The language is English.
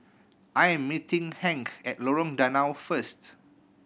I'm meeting Hank at Lorong Danau first